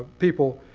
people,